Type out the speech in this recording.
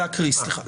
להקריא, סליחה.